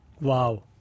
Wow